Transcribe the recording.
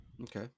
Okay